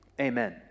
Amen